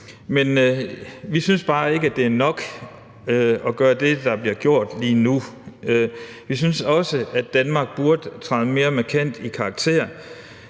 Men vi synes bare ikke, at det er nok at gøre det, der bliver gjort lige nu. Vi synes også, at Danmark burde træde mere markant i karakter.